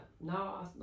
no